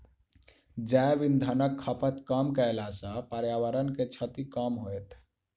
जैव इंधनक खपत कम कयला सॅ पर्यावरण के क्षति कम होयत